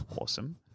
Awesome